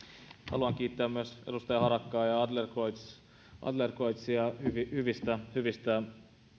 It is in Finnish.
haluan kiittää myös edustaja harakkaa ja adlercreutzia hyvistä hyvistä